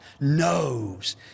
knows